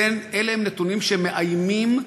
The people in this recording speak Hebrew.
אלה הם נתונים שמאיימים,